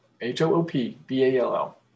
H-O-O-P-B-A-L-L